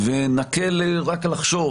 נקל רק לחשוב